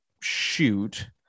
shoot